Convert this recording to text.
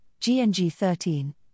GNG13